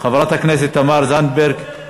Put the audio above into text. חברת הכנסת תמר זנדברג,